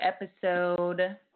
episode